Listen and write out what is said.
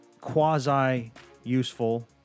quasi-useful